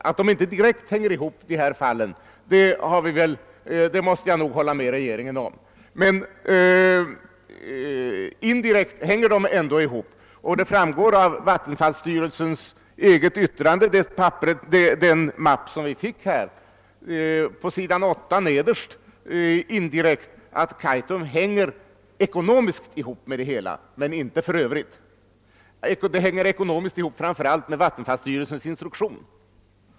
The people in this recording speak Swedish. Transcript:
Att de båda frågor, Ritsem och Kaitum, det här gäller inte hänger direkt ihop håller jag med regeringen om, men de hänger ihop indirekt. Det framgår av Vattenfalls eget yttrande i de handlingar vi här har fått. Nederst på s. 8 kan man läsa sig till att Kaitum indirekt och ekonomiskt hänger ihop med det övriga, men inte i övrigt — och framför allt hänger det ihop med Vattenfalls instruktioner.